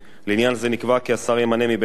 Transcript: לעניין זה נקבע כי השר ימנה מבין עובדי